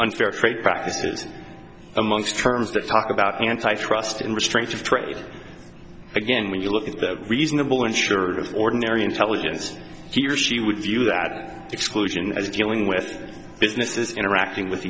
unfair trade practices amongst terms that talk about antitrust in restraint of trade again when you look at the reasonable insurer of ordinary intelligence he or she would view that exclusion as dealing with businesses interacting with